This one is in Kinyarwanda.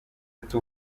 ati